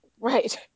Right